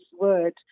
word